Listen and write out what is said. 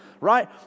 right